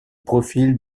profil